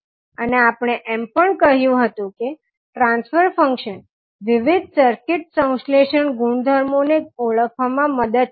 અને આપણે એમ પણ કહ્યું હતું કે ટ્રાન્સફર ફંક્શન વિવિધ સર્કિટ સંશ્લેષણ ગુણધર્મોને ઓળખવામાં મદદ કરશે